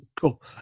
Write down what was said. Cool